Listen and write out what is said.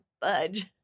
budge